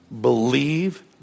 Believe